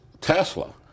Tesla